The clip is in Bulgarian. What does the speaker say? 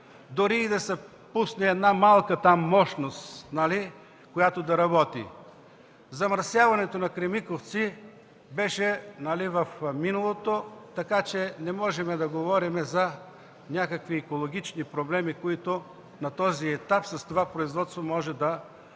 дори и да се пусне една малка мощност, която да работи. Замърсяването на „Кремиковци” беше в миналото, така че не можем да говорим за някакви екологични проблеми, които на този етап, с това производство може да